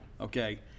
okay